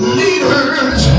leaders